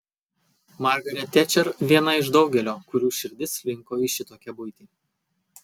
margaret tečer viena iš daugelio kurių širdis linko į šitokią buitį